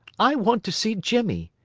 i want to see jimmie.